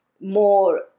more